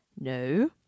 No